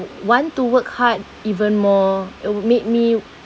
want to work hard even more it'll made me